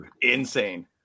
insane